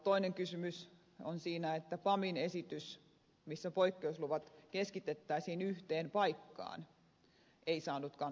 toinen kysymys on se että pamin esitys jonka mukaan poikkeusluvat keskitettäisiin yhteen paikkaan ei saanut kannatusta